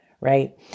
Right